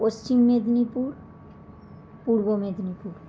Paschim Medinipur Purba Medinipur